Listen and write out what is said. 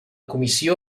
comissió